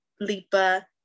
Lipa